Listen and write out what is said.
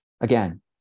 again